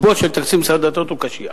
הרוב של תקציב משרד הדתות הוא קשיח.